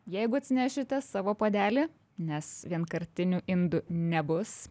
jeigu atsinešite savo puodelį nes vienkartinių indų nebus